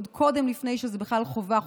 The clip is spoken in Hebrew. עוד לפני שזו בכלל חובה חוקית.